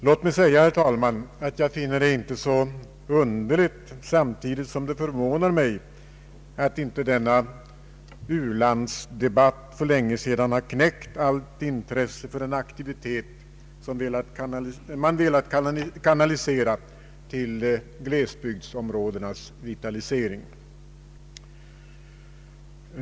Låt mig säga, herr talman, att jag inte finner det så underligt, samtidigt som det förvånar mig att inte denna u-landsdebatt för länge sedan knäckt allt intresse för en aktivitet man velat kanalisera till glesbygdsområdenas vitalisering.